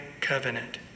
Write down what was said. covenant